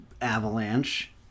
avalanche